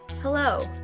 Hello